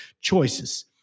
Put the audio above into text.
choices